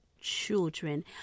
children